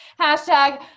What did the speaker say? hashtag